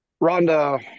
Ronda